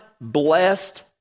blessed